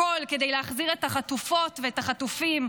הכול, כדי להחזיר את החטופות ואת החטופים.